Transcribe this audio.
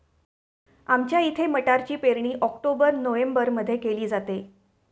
आमच्या इथे मटारची पेरणी ऑक्टोबर नोव्हेंबरमध्ये केली जाते